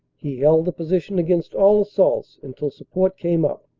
he held the position against all assaults until support came up.